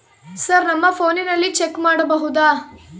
Sir ನಮ್ಮ ಫೋನಿನಲ್ಲಿ check ಮಾಡಬಹುದಾ?